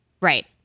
Right